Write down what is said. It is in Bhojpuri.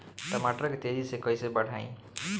टमाटर के तेजी से कइसे बढ़ाई?